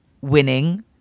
winning